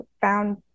found